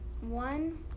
one